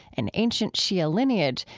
an ancient shia lineage,